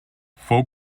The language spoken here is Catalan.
fou